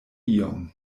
iom